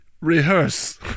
rehearse